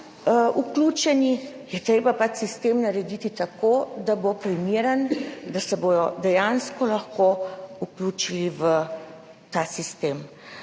vključeni, je treba pač sistem narediti tako, da bo primeren, da se bodo dejansko lahko vključili v ta sistem.